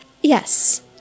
Yes